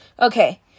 Okay